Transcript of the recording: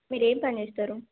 మీరు ఏమి పని చేస్తారు